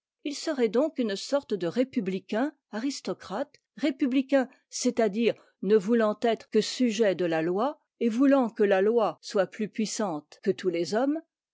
il serait donc une sorte de républicain aristocrate républicain c'est-à-dire ne voulant être que sujet de la loi et voulant que la loi soit plus puissante que tous les hommes